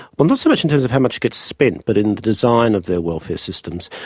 well, not so much in terms of how much gets spent, but in the design of their welfare systems.